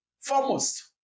Foremost